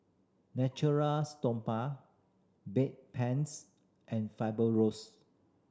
Stoma Bedpans and